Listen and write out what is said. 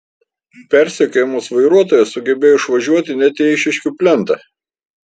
persekiojamas vairuotojas sugebėjo išvažiuoti net į eišiškių plentą